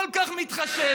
כל כך מתחשב,